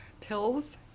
pills